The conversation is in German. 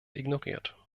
ignoriert